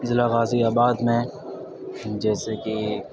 ضلع غازی آباد میں جیسے کہ